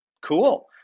cool